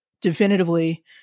definitively